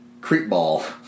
creepball